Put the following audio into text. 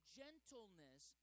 gentleness